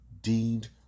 deemed